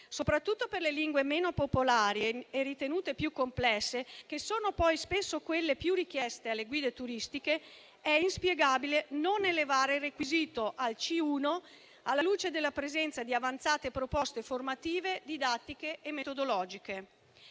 Soprattutto per le lingue meno popolari e ritenute più complesse, che sono poi spesso le più richieste alle guide turistiche, è inspiegabile non elevare il requisito al livello C1, alla luce della presenza di avanzate proposte formative, didattiche e metodologiche.